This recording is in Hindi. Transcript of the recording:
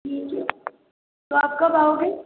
जी जी तो आप कब आओगे